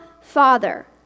Father